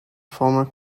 former